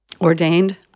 Ordained